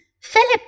Philip